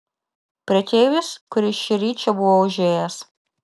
prekeivis kuris šįryt čia buvo užėjęs